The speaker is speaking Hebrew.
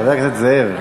חבר הכנסת זאב,